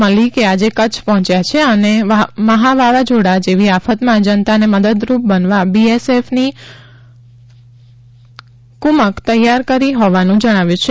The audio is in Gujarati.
મલિક આજે કચ્છ પહોંચ્યા છે અને મહાવાવાઝોડા જેવી આફતમાં જનતાને મદદરૂપ બનવા બીએસએફની ક્રમક તૈયાર હોવાનું જણાવ્યું છે